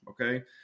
okay